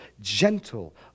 gentle